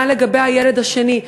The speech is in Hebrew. מה לגבי הילד השני.